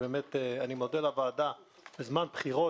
אני מודה לוועדה שבזמן בחירות